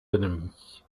ennemis